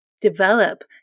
develop